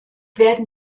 werden